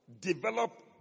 develop